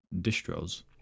distros